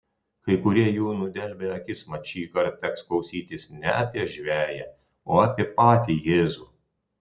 kai kurie jų nudelbia akis mat šįkart teks klausytis ne apie žveję o apie patį jėzų